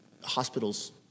hospitals